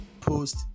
post